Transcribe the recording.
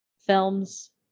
films